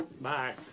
Bye